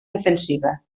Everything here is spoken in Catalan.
defensiva